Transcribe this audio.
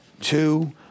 Two